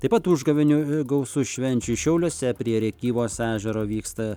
taip pat užgavėnių gausu švenčių šiauliuose prie rėkyvos ežero vyksta